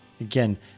Again